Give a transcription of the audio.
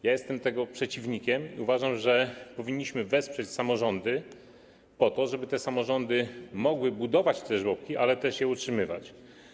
Jestem tego przeciwnikiem i uważam, że powinniśmy wesprzeć samorządy po to, żeby te samorządy mogły budować żłobki, ale też je utrzymywać.